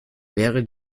wäre